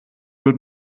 wird